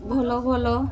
ଭଲ ଭଲ